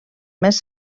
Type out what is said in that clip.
més